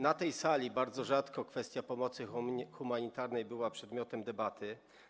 Na tej sali bardzo rzadko kwestia pomocy humanitarnej była przedmiotem debaty.